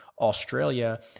Australia